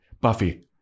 Buffy